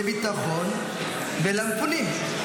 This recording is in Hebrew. לביטחון ולמפונים.